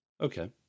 Okay